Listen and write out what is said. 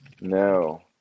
No